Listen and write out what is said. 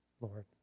Lord